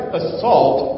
assault